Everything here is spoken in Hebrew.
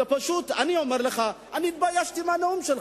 שאני התביישתי מהנאום שלך,